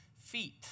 feet